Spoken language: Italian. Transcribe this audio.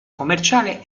commerciale